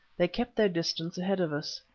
they kept their distance ahead of us.